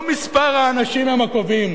לא מספר האנשים הוא הקובע,